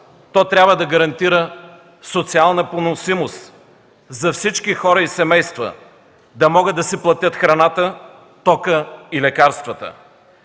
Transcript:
то трябва да гарантира социална поносимост за всички хора и семейства да могат да си платят храната, тока и лекарствата.